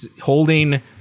holding